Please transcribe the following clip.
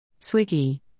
Swiggy